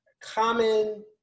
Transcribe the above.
common